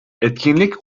etkinlik